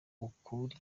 ukuri